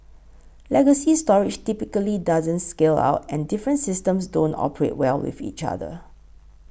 legacy storage typically doesn't scale out and different systems don't operate well with each other